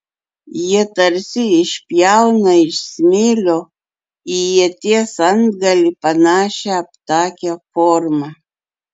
jie tarsi išpjauna iš smėlio į ieties antgalį panašią aptakią formą